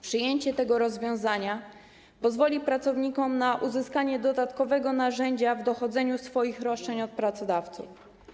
Przyjęcie tego rozwiązania pozwoli pracownikom na uzyskanie dodatkowego narzędzia w dochodzeniu swoich roszczeń wobec pracodawców.